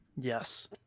Yes